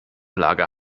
lager